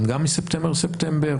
הם גם מספטמבר לספטמבר?